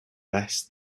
less